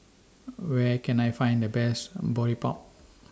Where Can I Find The Best A Boribap